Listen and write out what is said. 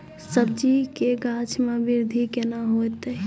सब्जी के गाछ मे बृद्धि कैना होतै?